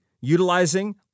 utilizing